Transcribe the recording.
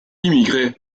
immigrés